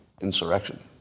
insurrection